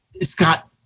Scott